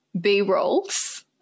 B-rolls